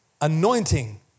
Anointing